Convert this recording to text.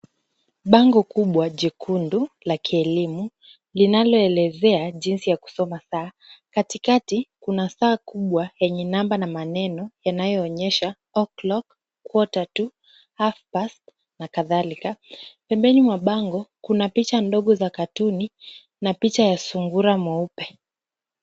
Bango kubwa jekundu la kielimu linaloelezea jinsi ya kusoma saa, katikati kuna saa kubwa yenye namba na maneno yanayoonyesha o'clock, quater two, half past na kadhalika. Pembeni mwa bango kuna picha ndogo za katuni na picha ya sungura mweupe.